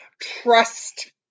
Trust